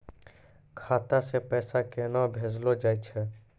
खाता से पैसा केना भेजलो जाय छै?